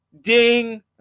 Ding